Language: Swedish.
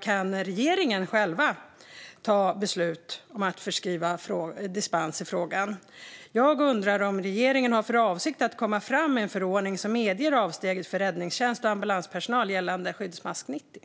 kan regeringen själv fatta beslut om att ge dispens i frågan. Jag undrar om regeringen har för avsikt att komma med en förordning som medger avsteg för räddningstjänst och ambulanspersonal gällande Skyddsmask 90.